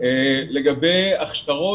לגבי הכשרות.